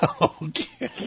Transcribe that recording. Okay